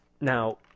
Now